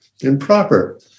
improper